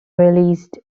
released